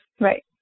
Right